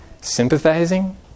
sympathizing